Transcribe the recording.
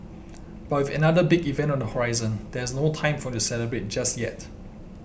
but with another big event on the horizon there is no time for him to celebrate just yet